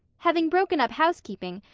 having broken up housekeeping,